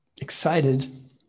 Excited